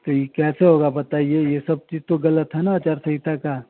तो यह कैसे होगा बताइए यह सब चीज़ तो गलत है न आचार सहिता का